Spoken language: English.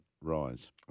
rise